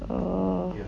orh